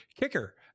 kicker